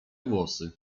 włosy